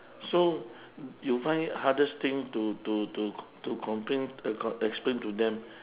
so you find hardest thing to to to to complain uh explain to them